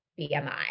BMI